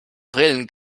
brillen